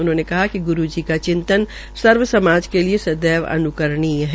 उन्होंने कहा कि श्री ग्रु जी का चिंतन सर्वसमाज के लिए सदैव अन्करणीय है